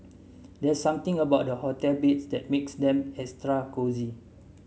there's something about hotel beds that makes them extra cosy